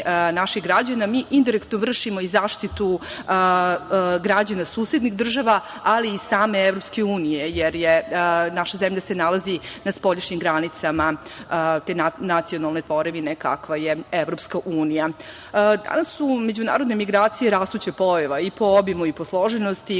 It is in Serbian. naših građana, mi indirektno vršimo i zaštitu građana susednih država, ali i same EU, jer naša zemlja se nalazi na spoljašnjim granicama te nacionalne tvorevine kakva je EU.Danas su međunarodne migracije rastuća pojava i po obimu i po složenosti,